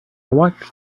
watched